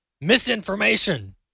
misinformation